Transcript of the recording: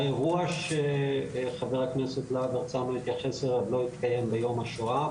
האירוע שחבר הכנסת להב הרצנו התייחס אליו לא התקיים ביום השואה.